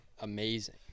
amazing